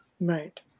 Right